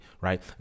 Right